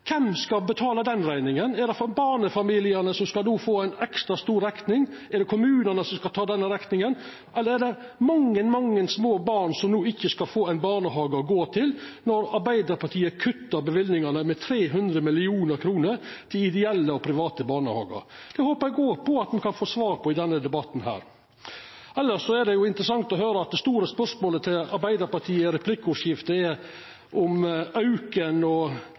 Kven skal betala den rekninga? Er det barnefamiliane som no skal få ei ekstra stor rekning? Er det kommunane som skal ta den rekninga? Eller er det mange små barn som no ikkje skal få ein barnehage å gå til, når Arbeidarpartiet kuttar i løyvingane med 300 mill. kr til ideelle og private barnehagar? Det håpar eg òg me kan få svar på i denne debatten. Elles er det interessant å høyra at det store spørsmålet frå Arbeidarpartiet i replikkordskiftet er om auken